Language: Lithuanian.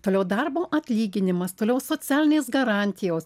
toliau darbo atlyginimas toliau socialinės garantijos